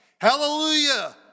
Hallelujah